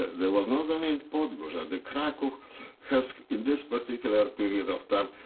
there was not only in podgorze. ah the krakow has, in this particular period of time,